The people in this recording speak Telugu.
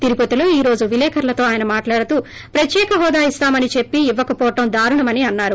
తిరుపతిలో ఈ రోజు విలేకరులతో అయస మాట్లాడుతూ ప్రత్యేక హోదా ఇస్తామని చెప్పి ఇవ్వకపోవడం దారుణమని అన్సారు